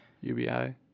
ubi